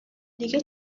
دیگه